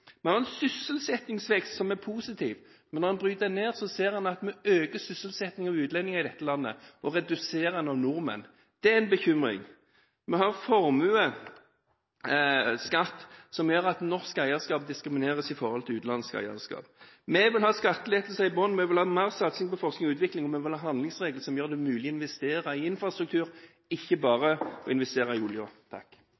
Vi har en sysselsettingsvekst som er positiv, men når man bryter det ned, ser man at vi øker sysselsettingen av utlendinger i dette landet – og reduserer antallet nordmenn. Det er en bekymring. Vi har en formuesskatt som gjør at norsk eierskap diskrimineres i forhold til utenlandsk eierskap. Vi vil ha skattelettelser i bunnen, vi vil ha mer satsing på forskning og utvikling, og vi vil ha en handlingsregel som gjør det mulig å investere i infrastruktur, ikke